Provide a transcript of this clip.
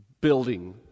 building